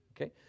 okay